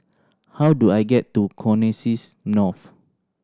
how do I get to Connexis North